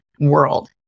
world